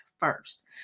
first